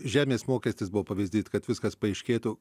žemės mokestis buvo pavyzdys kad viskas paaiškėtų